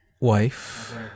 wife